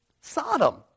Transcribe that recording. Sodom